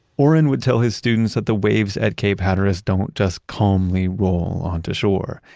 orrin would tell his students that the waves at cape hatteras don't just calmly roll onto shore.